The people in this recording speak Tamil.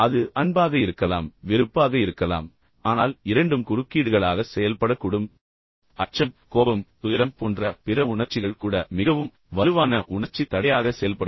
அது அன்பாக இருக்கலாம் வெறுப்பாக இருக்கலாம் ஆனால் இரண்டும் குறுக்கீடுகளாக செயல்படக்கூடும் பின்னர் அச்சம் கோபம் துயரம் போன்ற பிற உணர்ச்சிகள் கூட மிகவும் வலுவான உணர்ச்சித் தடையாக செயல்படும்